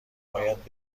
باید